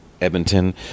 Edmonton